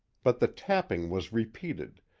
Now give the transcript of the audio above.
but the tapping was repeated,